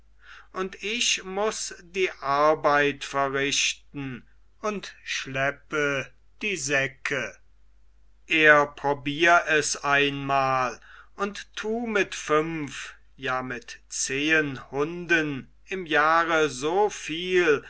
und ich muß die arbeit verrichten und schleppe die säcke er probier es einmal und tu mit fünf ja mit zehen hunden im jahre so viel